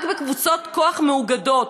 רק קבוצות כוח מאוגדות,